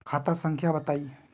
खाता संख्या बताई?